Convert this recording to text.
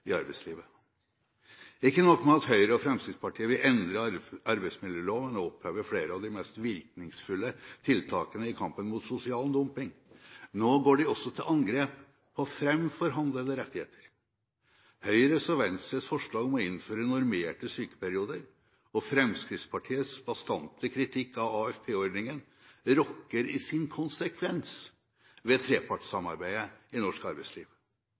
i arbeidslivet. Ikke nok med at Høyre og Fremskrittspartiet vil endre arbeidsmiljøloven og oppheve flere av de mest virkningsfulle tiltakene i kampen mot sosial dumping – nå går de også til angrep på framforhandlede rettigheter. Høyre og Venstres forslag om å innføre normerte sykeperioder og Fremskrittspartiets bastante kritikk av AFP-ordningen rokker i sin konsekvens ved trepartssamarbeidet i norsk arbeidsliv.